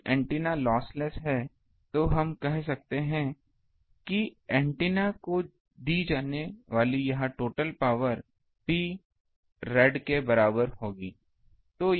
यदि antenna lossless है तो हम कह सकते हैं कि एंटीना को दी जाने वाली यह टोटल पावर Prad के बराबर होगी